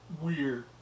weird